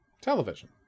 television